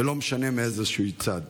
ולא משנה מאיזה צד,